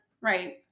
Right